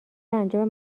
انجام